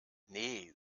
nee